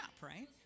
right